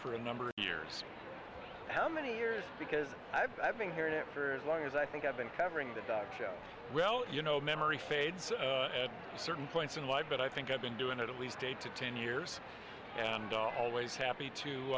for a number of years how many years because i've been hearing it for as long as i think i've been covering the doc show well you know memory fades at certain points in life but i think i've been doing it at least eight to ten years and always happy to